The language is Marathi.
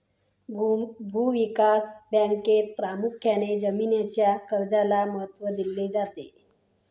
भूविकास बँकेत प्रामुख्याने जमीनीच्या कर्जाला महत्त्व दिले जाते